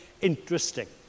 interesting